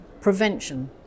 prevention